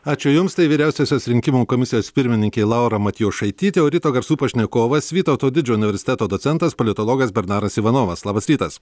ačiū jums tai vyriausiosios rinkimų komisijos pirmininkė laura matjošaitytė audito garsų pašnekovas vytauto didžiojo universiteto docentas politologas bernaras ivanovas labas rytas